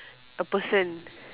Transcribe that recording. a person